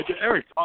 Eric